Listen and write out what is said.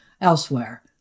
elsewhere